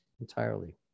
entirely